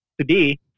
today